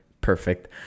perfect